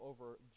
over